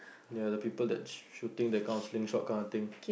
ya the people that shooting that kind of slingshot kind of thing